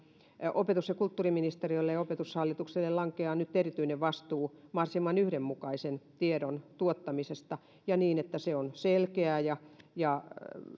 opetus ja kulttuuriministeriölle ja opetushallitukselle lankeaa erityinen vastuu mahdollisimman yhdenmukaisen tiedon tuottamisesta niin että se on selkeää ja